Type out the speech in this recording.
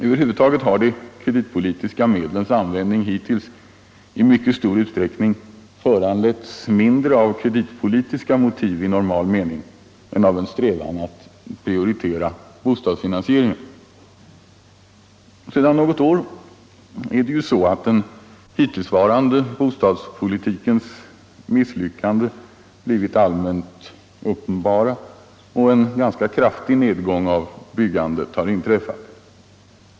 Över huvud taget har de kreditpolitiska medlens användning hittills i mycket stor utsträckning föranletts mindre av kreditpolitiska motiv i normal mening än av en strävan att prioritera bostadsfinansieringen. Sedan något år har den hittillsvarande bostadspolitikens misslyckande blivit allmänt uppenbart, och en ganska kraftig nedgång av byggandet har inträffat.